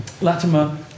Latimer